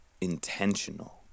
intentional